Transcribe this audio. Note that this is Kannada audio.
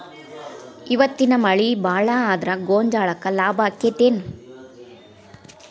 ಇವತ್ತಿನ ಮಳಿ ಭಾಳ ಆದರ ಗೊಂಜಾಳಕ್ಕ ಲಾಭ ಆಕ್ಕೆತಿ ಏನ್?